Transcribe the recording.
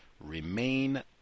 remain